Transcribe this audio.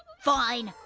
fine!